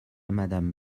madame